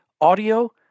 audio